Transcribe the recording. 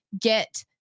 Get